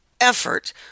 effort